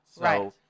Right